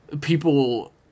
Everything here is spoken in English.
People